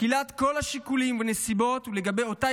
וכי בשקילת כל השיקולים והנסיבות לגבי אותה